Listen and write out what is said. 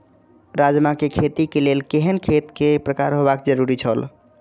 राजमा के खेती के लेल केहेन खेत केय प्रकार होबाक जरुरी छल?